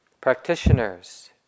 practitioners